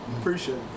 Appreciate